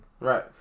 Right